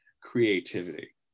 creativity